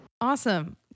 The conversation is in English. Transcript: Awesome